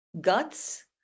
guts